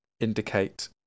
indicate